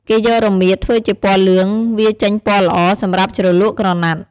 គេយករមៀត ធ្វើជាពណ៌លឿង វាចេញពណ៌ល្អ សម្រាប់ជ្រលក់ក្រណាត់។